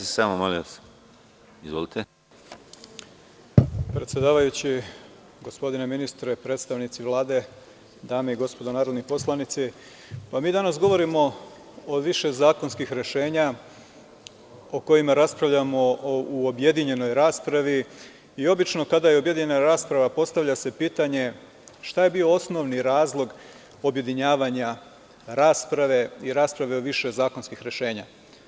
Poštovani predsedavajući, gospodine ministre, predstavnici Vlade, dame i gospodo narodni poslanici, mi danas govorimo o više zakonskih rešenja o kojima raspravljamo u objedinjenoj raspravi, i obično kada je objedinjena rasprava postavlja se pitanje šta je bio osnovni razlog objedinjavanja rasprave i rasprave više zakonskih rešenja.